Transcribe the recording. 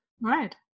Right